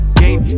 game